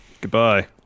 Goodbye